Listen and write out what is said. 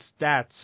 stats